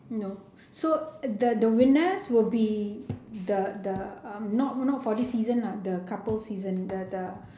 no so the the winners will be the the um not not for this season the couple season the the